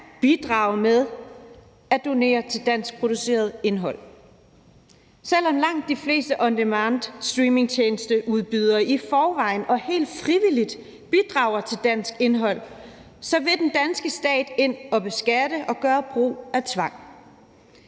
bidrage med at donere til danskproduceret indhold. Selv om langt de fleste on demand-stremingtjenesteudbydere i forvejen og helt frivilligt bidrager til dansk indhold, så vil den danske stat ind at beskatte og gøre brug af tvang.